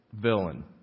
villain